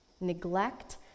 Neglect